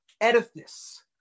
edifice